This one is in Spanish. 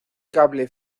cable